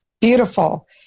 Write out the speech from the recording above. Beautiful